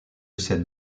cette